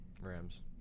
Rams